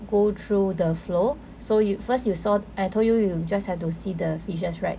go through the flow so you first you saw I told you you just have to see the fishes right